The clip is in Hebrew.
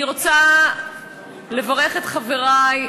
אני רוצה לברך את חברי.